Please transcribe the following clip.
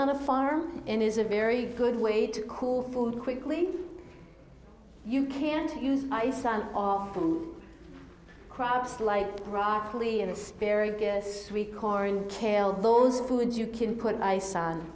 on a farm and is a very good way to cool food quickly you can't use ice out of crops like broccoli and asparagus corn kale those foods you can put ice on